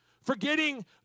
Forgetting